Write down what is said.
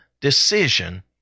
decision